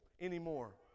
anymore